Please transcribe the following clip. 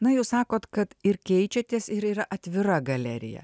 na jūs sakot kad ir keičiatės ir yra atvira galerija